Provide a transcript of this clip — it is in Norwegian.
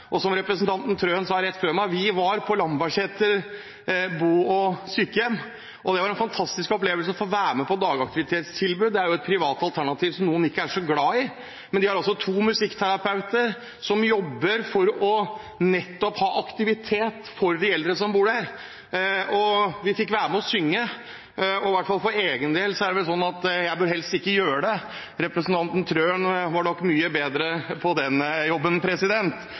Som representanten Wilhelmsen Trøen sa rett før meg: Vi var på Lambertseter alders- og sykehjem, og det var en fantastisk opplevelse å få være med på dagaktivitetstilbudet der – det er jo et privat alternativ, som noen ikke er så glad i. De har to musikkterapeuter som jobber nettopp for å aktivisere de eldre som bor der. Vi fikk være med og synge, og for egen del er det sånn at jeg helst ikke bør gjøre det, representanten Wilhelmsen Trøen var nok mye bedre i den jobben.